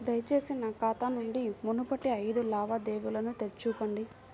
దయచేసి నా ఖాతా నుండి మునుపటి ఐదు లావాదేవీలను చూపండి